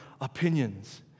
opinions